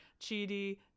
Chidi